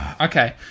Okay